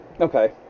Okay